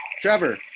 Trevor